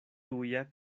tuja